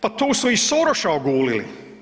Pa tu su i Soroša ogulili.